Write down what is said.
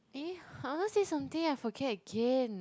eh I want say something I forget again